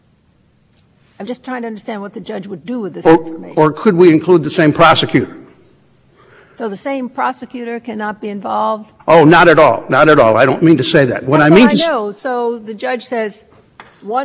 all not at all i don't mean to say that one i mean so the judge says one count before acquitted same prosecutor same investigating officers maybe same cooperating witnesses